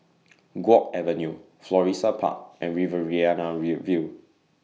Guok Avenue Florissa Park and Riverina View View